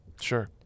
Sure